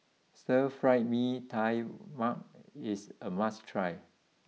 Stir Fried Mee Tai Mak is a must try